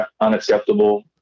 unacceptable